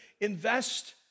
invest